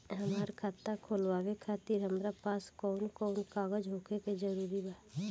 हमार खाता खोलवावे खातिर हमरा पास कऊन कऊन कागज होखल जरूरी बा?